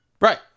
Right